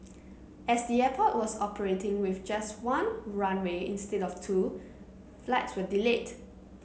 as the airport was operating with just one runway instead of two flights were delayed